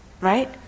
Right